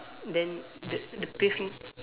then the the pavement